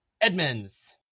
Edmonds